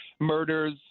Murders